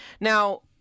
Now